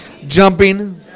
Jumping